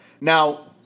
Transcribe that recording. now